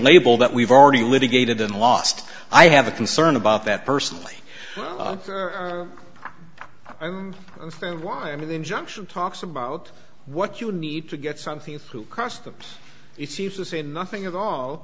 label that we've already litigated in the last i have a concern about that personally i don't understand why an injunction talks about what you need to get something through customs it seems to say nothing at all